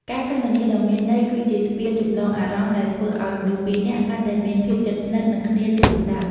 ការសន្ទនាដ៏មានន័យ គឺជាស្ពានចម្លងអារម្មណ៍ដែលធ្វើឱ្យមនុស្សពីរនាក់កាន់តែមានភាពជិតស្និទ្ធនឹងគ្នាជាលំដាប់។